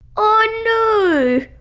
oh no.